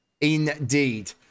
indeed